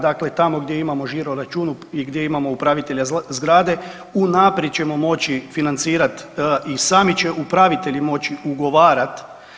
Dakle, tamo gdje imamo žiro račun i gdje imamo upravitelja zgrade unaprijed ćemo moći financirati i sami će upravitelji moći ugovarat.